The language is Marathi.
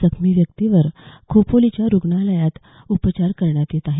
जखमी व्यक्तीवर खोपोलीच्या रुग्णालयात उपचार करण्यात येत आहेत